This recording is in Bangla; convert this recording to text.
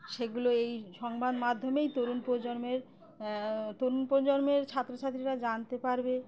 সেগুলো এই সংবাদ মাধ্যমেই তরুণ প্রজন্মের তরুণ প্রজন্মের ছাত্রছাত্রীরা জানতে পারবে